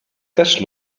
też